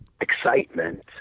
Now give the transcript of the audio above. excitement